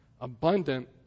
abundant